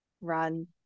Run